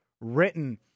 written